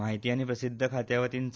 म्हायती आनी प्रसिध्दी खात्यावतीन ता